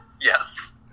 Yes